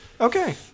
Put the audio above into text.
Okay